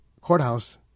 courthouse